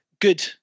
good